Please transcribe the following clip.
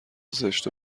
زشت